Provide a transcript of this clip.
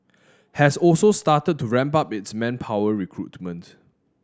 has also started to ramp up its manpower recruitment